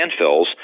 landfills